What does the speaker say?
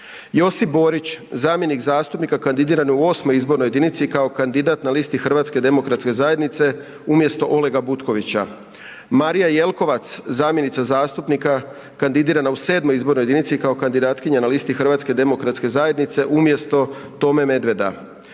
Josip Borić, zamjenik zastupnika kandidiranog u 8. izbornoj jedinici kao kandidat na listi Hrvatske demokratske zajednice, HDZ, umjesto Olega Butkovića; Marija Jelkovac, zamjenica zastupnika kandidirana u 7. izbornoj jedinici kao kandidatkinja na listi Hrvatske demokratske zajednice, umjesto Tome Medveda;